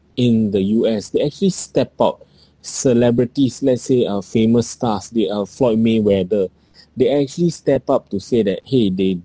in the U_S they actually step up celebrities let's say uh famous stars they are floyd mayweather they actually step up to say that !hey! they